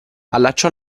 allacciò